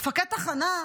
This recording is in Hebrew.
מפקד תחנה.